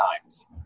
times